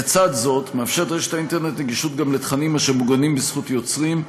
לצד זה הרשת מאפשרת גם גישה לתכנים המוגנים בזכות יוצרים,